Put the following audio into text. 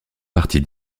partie